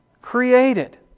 created